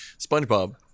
spongebob